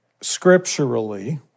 scripturally